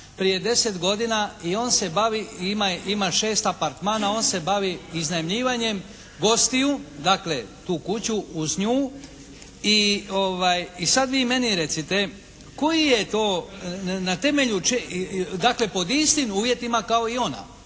prije deset godina i on se bavi, ima šest apartmana, on se bavi iznajmljivanjem gostiju, dakle tu kuću uz nju i sad vi meni recite koji je to, na temelju čega, dakle pod istim uvjetima kao i ona,